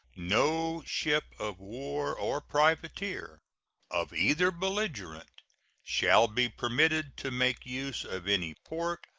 no ship of war or privateer of either belligerent shall be permitted to make use of any port,